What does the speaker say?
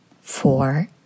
four